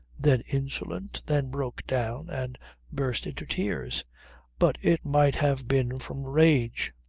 then insolent, then broke down and burst into tears but it might have been from rage.